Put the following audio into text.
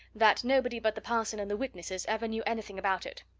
that nobody but the parson and the witnesses ever knew anything about it.